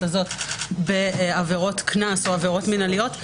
הזאת בעבירות קנס או עבירות מנהליות,